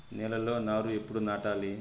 నేలలో నారు ఎప్పుడు నాటాలి?